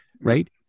Right